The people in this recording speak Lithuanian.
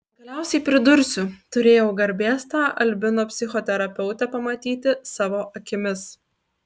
galiausiai pridursiu turėjau garbės tą albino psichoterapeutę pamatyti savo akimis